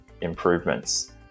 improvements